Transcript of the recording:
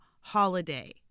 holiday